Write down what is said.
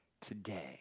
today